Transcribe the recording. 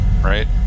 right